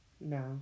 No